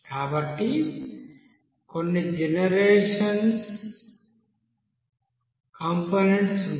కాబట్టి కొన్ని generation components ఉంటాయి